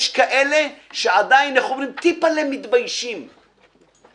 יש כאלה שעדיין מעט מתביישים כי